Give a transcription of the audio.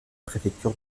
préfecture